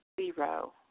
Zero